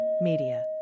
Media